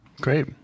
Great